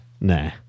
Nah